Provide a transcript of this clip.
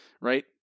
right